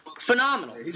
Phenomenal